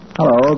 Hello